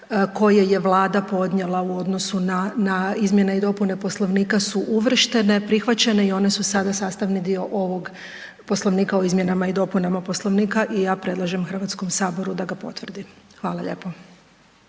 koje je Vlada podnijela u odnosu na izmjene i dopune Poslovnika su uvrštene, prihvaćene i one su sada sastavni dio ovog Poslovnika o izmjenama i dopunama Poslovnika i ja predlažem Hrvatskom saboru da ga potvrdi. Hvala lijepo.